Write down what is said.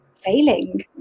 failing